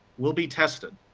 will be tested.